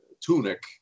tunic